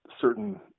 certain